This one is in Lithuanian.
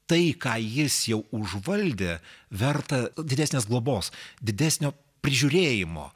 tai ką jis jau užvaldė verta didesnės globos didesnio prižiūrėjimo